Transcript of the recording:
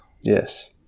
Yes